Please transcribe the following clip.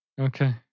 Okay